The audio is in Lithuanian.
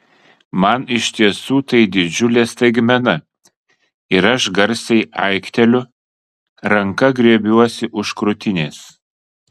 man iš tiesų tai didžiulė staigmena ir aš garsiai aikteliu ranka griebiuosi už krūtinės